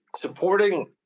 supporting